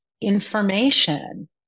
information